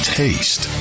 taste